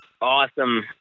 awesome